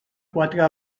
quatre